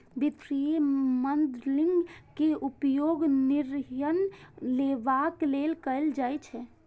वित्तीय मॉडलिंग के उपयोग निर्णय लेबाक लेल कैल जाइ छै